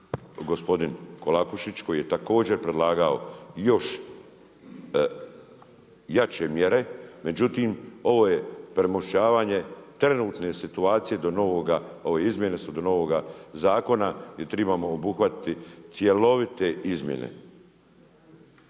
gospodin Kolakušić koji je također predlagao i još jače mjere, međutim, ovo je premošćivanje trenutne situacije do novoga, ov izmjene su do novoga zakona i trebamo obuhvatiti cjelovite izmjene.